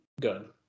good